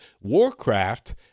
Warcraft